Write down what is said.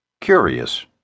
Curious